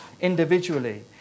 individually